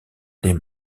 des